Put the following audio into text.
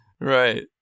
Right